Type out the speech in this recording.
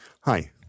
Hi